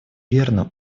верно